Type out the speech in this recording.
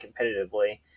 competitively